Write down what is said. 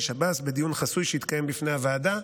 שב"ס בדיון חסוי שהתקיים בפני הוועדה,